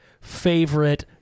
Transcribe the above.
favorite